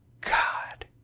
God